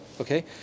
okay